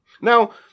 Now